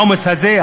העומס הזה,